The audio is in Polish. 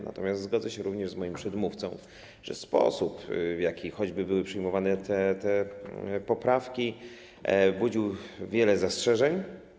Natomiast zgodzę się również z moim przedmówcą, że sposób, w jaki choćby były przyjmowane te poprawki, budził wiele zastrzeżeń.